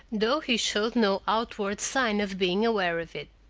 though he showed no outward sign of being aware of it.